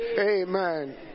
Amen